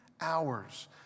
hours